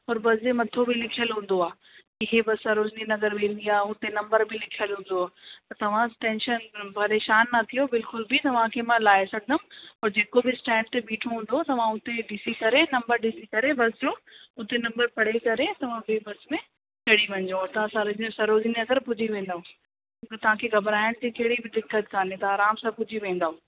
हर बस जे मथां बि लिखियलु हूंदो आहे की हीअ बस सरोजनी नगर वेंदी आहे हुते नम्बर बि लिखियलु हूंदो आहे त तव्हां टेंशन परेशान न थियो बिल्कुल बि तव्हांखे मां लाहे छॾींदमि पोइ जेको बि स्टैंड ते बीठो हूंदो तव्हां हुते ॾिसी करे नम्बर ॾिसी करे बस जो हुते नम्बर पढ़ी करे तव्हां ॿी बस में चढ़ी वञिजो हुतां सरोजनी सरोजनी नगर पुॼी वेंदव तव्हांखे घॿराइण जी कहिड़ी बि दिक़त कान्हे तव्हां आराम सां पुॼी वेंदव